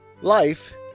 Life